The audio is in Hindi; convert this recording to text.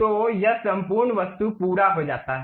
तो यह संपूर्ण वस्तु पूरा हो जाता है